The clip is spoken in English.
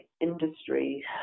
industry